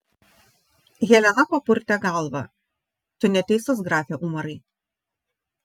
helena papurtė galvą tu neteisus grafe umarai